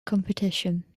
competition